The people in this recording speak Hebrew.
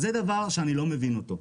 זה דבר שאני לא מבין אותו.